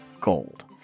gold